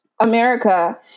America